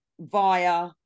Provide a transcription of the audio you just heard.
via